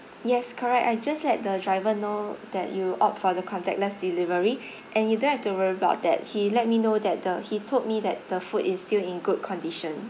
yes correct I just let the driver know that you opt for the contactless delivery and you don't have to worry about that he let me know that the he told me that the food is still in good condition